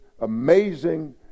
amazing